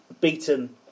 beaten